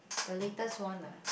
the latest one ah